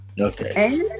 okay